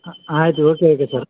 ಆಯ್ತು okay okay sir